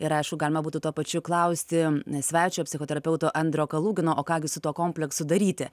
ir aišku galima būtų tuo pačiu klausti svečio psichoterapeuto andrio kalugino o ką gi su tuo komplektu daryti